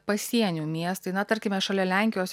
pasienių miestai na tarkime šalia lenkijos